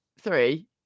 three